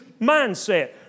mindset